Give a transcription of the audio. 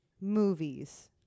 movies